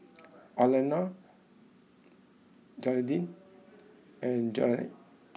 Arlena Gearldine and Jeannette